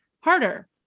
harder